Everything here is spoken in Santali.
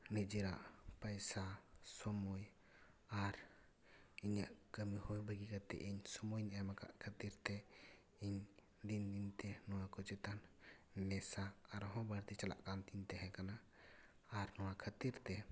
ᱱᱤᱡᱮᱨᱟᱜ ᱯᱚᱭᱥᱟ ᱥᱳᱢᱳᱭ ᱟᱨ ᱤᱧᱟᱹᱜ ᱠᱟᱹᱢᱤ ᱦᱚᱸ ᱵᱟᱹᱜᱤ ᱠᱟᱛᱮᱫ ᱤᱧ ᱥᱳᱢᱳᱭ ᱤᱧ ᱮᱢ ᱟᱠᱟᱫ ᱠᱷᱟᱹᱛᱤᱨ ᱛᱮ ᱤᱧ ᱫᱤᱱ ᱫᱤᱱ ᱛᱮ ᱱᱚᱣᱟ ᱠᱚ ᱪᱮᱛᱟᱱ ᱱᱮᱥᱟ ᱟᱨᱦᱚᱸ ᱵᱟᱹᱲᱛᱤ ᱪᱟᱞᱟᱜ ᱠᱟᱱᱛᱤᱧ ᱛᱟᱦᱮᱸ ᱠᱟᱱᱟ ᱟᱨ ᱱᱚᱣᱟ ᱠᱷᱟᱹᱛᱤᱨ ᱛᱮ